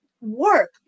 work